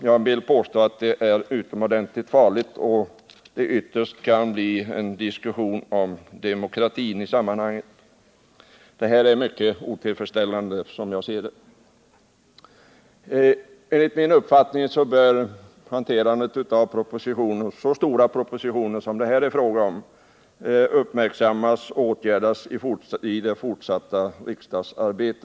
Jag vill påstå att det är utomordentligt farligt och att det ytterst kan resultera i en diskussion om demokratin i det sammanhanget. Som jag ser det är det mycket otillfredsställande. Enligt min mening bör hanterandet av så stora propositioner som det här är fråga om uppmärksammas och åtgärdas i det fortsatta riksdagsarbetet.